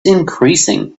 increasing